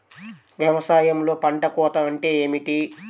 వ్యవసాయంలో పంట కోత అంటే ఏమిటి?